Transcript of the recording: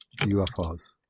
ufos